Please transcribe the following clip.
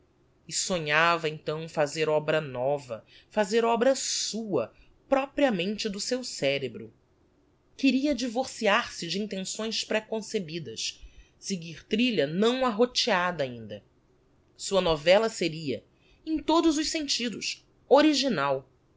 e sonhava então fazer obra nova fazer obra sua propriamente do seu cerebro queria divorciar se de intenções preconcebidas seguir trilha não arroteada ainda sua novella seria em todos os sentidos original